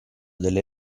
delle